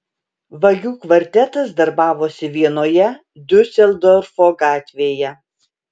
vagių kvartetas darbavosi vienoje diuseldorfo gatvėje